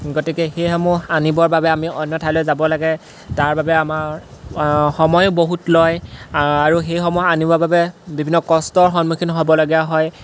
গতিকে সেইসমূহ আনিবৰ বাবে আমি অন্য ঠাইলৈ যাব লাগে তাৰ বাবে আমাৰ সময়ো বহুত লয় আৰু সেইসমূহ আনিবৰ বাবে বিভিন্ন কষ্টৰ সন্মুখীন হ'বলগীয়া হয়